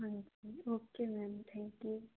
ਹਾਂਜੀ okay ma'am thank you